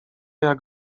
jak